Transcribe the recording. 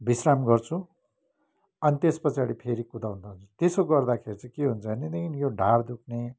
विश्राम गर्छु अनि त्यसपछाडि फेरि कुदाउने गर्छु त्यसो गर्दाखेरि चाहिँ के हुन्छ भनेदेखि यो ढाँढ दुख्ने